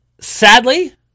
Sadly